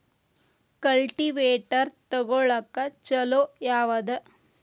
Cultivator ತೊಗೊಳಕ್ಕ ಛಲೋ ಯಾವದ?